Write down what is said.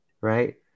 right